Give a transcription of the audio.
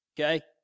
okay